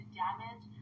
damage